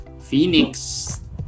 Phoenix